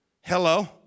Hello